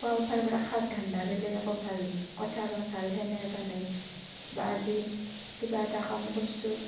পুৱা উঠিবৰ পৰা খোৱাৰ ধান্দা বেলেগ একো ভাল কথা বা ভাল সেনে এটা নাই বা যি কিবা এটা কাম কৰচ্ছো